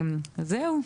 זהו.